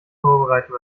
vorbereiten